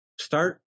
start